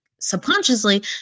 subconsciously